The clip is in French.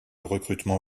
recrutement